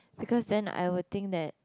because then I would think that